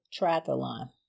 triathlon